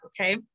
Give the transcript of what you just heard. okay